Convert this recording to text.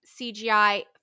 CGI